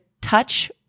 touch